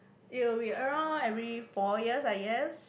it will be around every four years I guess